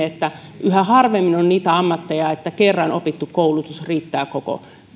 että yhä harvemmin on niitä ammatteja joissa kerran opittu koulutus riittää koko